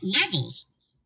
levels